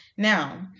Now